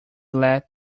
let